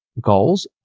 goals